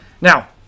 Now